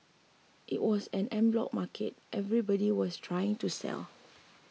it was an en bloc market everybody was trying to sell